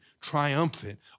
triumphant